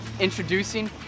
introducing